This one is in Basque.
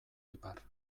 ipar